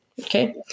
Okay